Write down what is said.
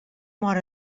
mor